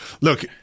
look